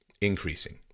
increasing